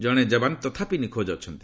କ୍ରଣେ ଯବାନ ତଥାପି ନିଖୋଜ ଅଛନ୍ତି